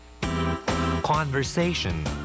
Conversation